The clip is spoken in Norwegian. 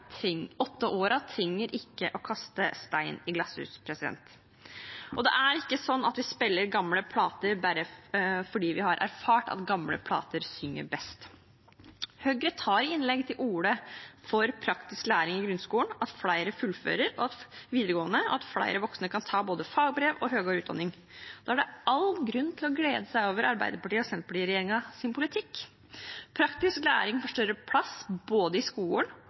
åtte årene, trenger ikke å kaste stein i glasshus. Det er ikke sånn at «vi speller gamle plater» bare fordi «vi har erfart at gamle plater synger best». Høyre tar i innlegg til orde for praktisk læring i grunnskolen, at flere fullfører videregående, og at flere voksne kan ta både fagbrev og høyere utdanning. Da er det all grunn til å glede seg over Arbeiderparti–Senterparti-regjeringens politikk. Praktisk læring får større plass både i skolen